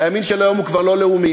הימין של היום הוא כבר לא לאומי,